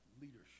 leadership